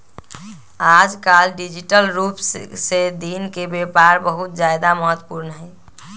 आजकल डिजिटल रूप से दिन के व्यापार बहुत ज्यादा महत्वपूर्ण हई